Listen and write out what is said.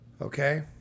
Okay